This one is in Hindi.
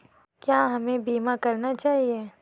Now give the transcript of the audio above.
क्या हमें बीमा करना चाहिए?